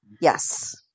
yes